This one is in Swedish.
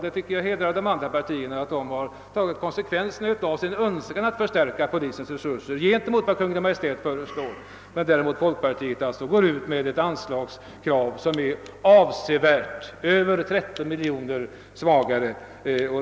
Jag tycker att det hedrar de andra partierna att de har tagit konsekvenserna av sin önskan att förstärka polisens resurser i jämförelse med vad Kungl. Maj:t föreslår. Däremot framför folkpartiet ett anslagskrav som är avsevärt — över 13 miljoner kronor — svagare.